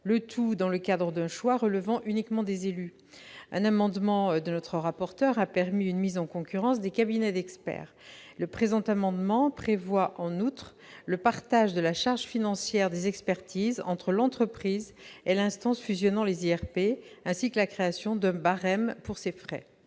le tout dans le cadre d'un choix relevant uniquement des élus. Un amendement présenté par notre rapporteur a permis une mise en concurrence des cabinets d'experts. Le présent amendement tend, en outre, à prévoir le partage de la charge financière des expertises entre l'entreprise et l'instance fusionnant les IRP, ainsi que la création d'un barème pour ces frais.